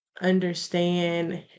understand